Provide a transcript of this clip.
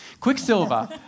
Quicksilver